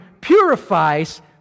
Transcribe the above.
purifies